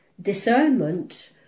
discernment